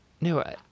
No